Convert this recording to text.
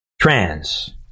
trans